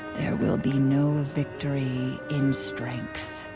there will be no victory in strength.